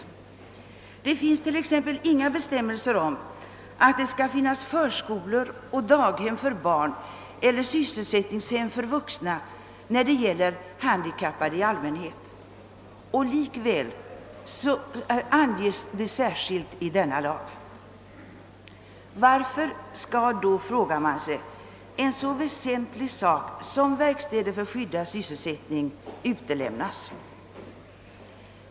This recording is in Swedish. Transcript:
Det finns t.ex. inga bestämmelser om att det skall finnas förskolor och daghem för barn eller sysselsättningshem för vuxna när det gäller handikappade i allmänhet; likväl anges detta särskilt i denna lag. Varför skall då, frågar man sig, något så väsentligt som verkstäder för skyddad sysselsättning utelämnas?